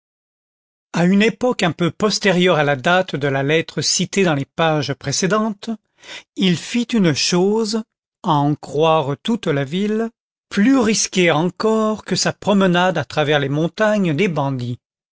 à une époque un peu postérieure à la date de la lettre citée dans les pages précédentes il fit une chose à en croire toute la ville plus risquée encore que sa promenade à travers les montagnes des bandits